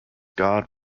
god